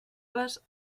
les